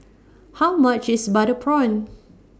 How much IS Butter Prawn